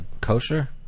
Kosher